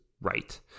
right